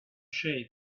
shape